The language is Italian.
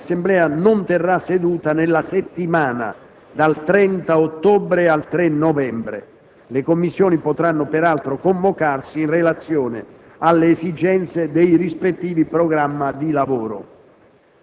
l'Assemblea non terrà seduta nella settimana 30 ottobre-3 novembre. Le Commissioni potranno peraltro convocarsi in relazione alle esigenze dei rispettivi programmi dei lavori.